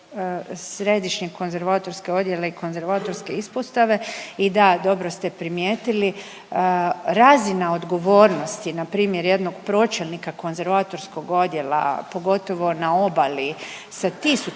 središnje konzervatorske odjele i konzervatorske ispostave i da, dobro ste primijetili, razina odgovornosti npr. jednog pročelnika konzervatorskog odjela, pogotovo na obali, sa tisućama